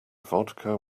vodka